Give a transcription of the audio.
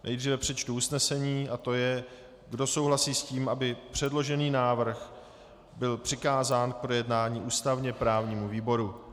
Nejdříve přečtu usnesení, a to je, kdo souhlasí s tím, aby předložený návrh byl přikázán k projednání ústavněprávnímu výboru?